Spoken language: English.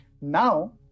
Now